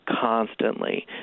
constantly